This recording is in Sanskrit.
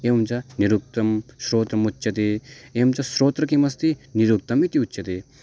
एवं च निरुक्तं श्रोत्रमुच्यते एवं च श्रोत्रं किमस्ति निरुक्तमिति उच्यते